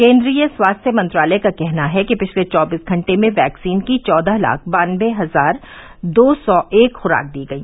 केन्द्रीय स्वास्थ्य मंत्रालय का कहना है कि पिछले चौबीस घंटे में वैक्सीन की चौदह लाख बानबे हजार दो सौ एक खुराक दी गई